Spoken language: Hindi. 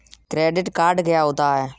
क्रेडिट कार्ड क्या होता है?